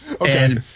Okay